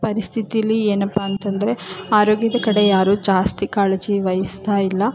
ಪರಿಸ್ಥಿತಿಯಲ್ಲಿ ಏನಪ್ಪಾ ಅಂತಂದರೆ ಆರೋಗ್ಯದ ಕಡೆ ಯಾರು ಜಾಸ್ತಿ ಕಾಳಜಿ ವಹಿಸ್ತಾಯಿಲ್ಲ